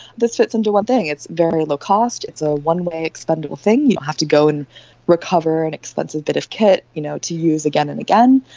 this fits into one thing. it's very low cost, it's a one-way expendable thing, you don't have to go and recover an expensive bit of kit you know to use again and again,